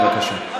בבקשה,